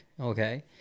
Okay